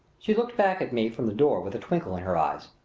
she looked back at me from the door with a twinkle in her eyes.